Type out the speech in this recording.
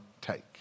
take